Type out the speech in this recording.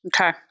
Okay